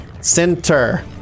Center